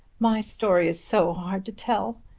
my story is so hard to tell.